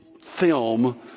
film